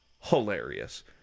Hilarious